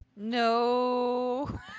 No